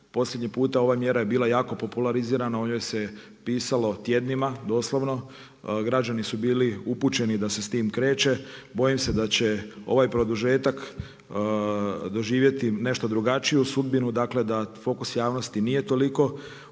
posljednji puta ova mjera je bila jako popularizirana, o njoj se pisalo tjednima, doslovno, građani su bili upućeni da se s tim kreće, bojim se da će ovaj produžetak, doživjeti nešto drugačiju sudbinu. Dakle, da fokus javnosti nije toliko usmjeren